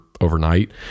overnight